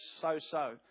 so-so